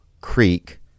Creek